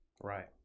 Right